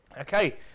Okay